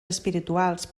espirituals